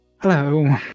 Hello